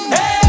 Hey